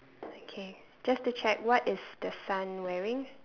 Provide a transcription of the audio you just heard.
okay just to check what is the son wearing